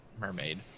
mermaid